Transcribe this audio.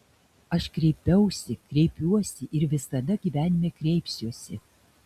aš kreipiausi kreipiuosi ir visada gyvenime kreipsiuosi